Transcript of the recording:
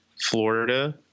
Florida